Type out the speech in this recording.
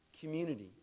community